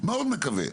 כבודו,